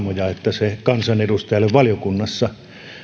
se myös kansanedustajalle valiokunnassa on melko